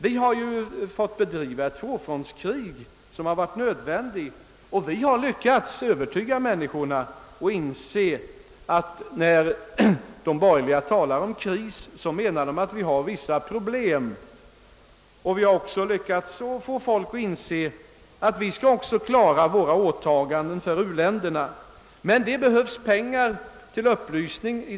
Vi har därför fått bedriva ett tvåfrontskrig, men vi har ändå lyckats övertyga människorna och har fått dem att inse, att när de borgerliga talar om kris menar de att vi har vissa problem. Vi har också lyckats få människorna att inse att vi kommer att klara våra åtaganden till u-länderna. Men för det behövs pengar och upplysning.